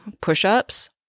push-ups